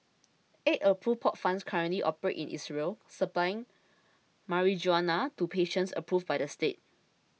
eight approved pot farms currently operate in Israel supplying marijuana to patients approved by the state